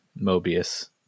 Mobius